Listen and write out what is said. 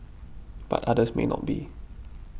but others may not be